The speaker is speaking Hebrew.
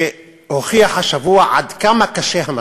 שהוכיח השבוע עד כמה קשה המצב.